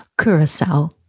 Curacao